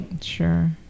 Sure